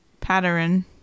Pattern